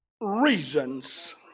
reasons